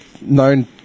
known